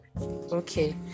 Okay